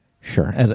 Sure